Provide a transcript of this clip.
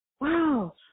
Wow